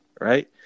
right